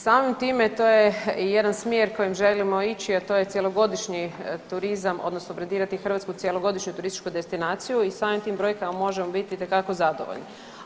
Samim time to je jedan smjer kojim želimo ići, a to je cjelogodišnji turizam odnosno brendirati hrvatsku cjelogodišnju turističku destinaciju i samim tim brojkama možemo biti itekako zadovoljni.